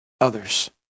others